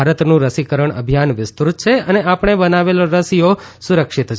ભારતનું રસીકરણ અભિયાન વિસ્તૃત છે અને આપણે બનાવેલ રસીઓ સુરક્ષિત છે